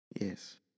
Yes